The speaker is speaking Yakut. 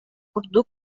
курдук